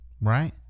right